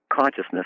consciousness